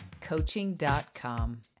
coaching.com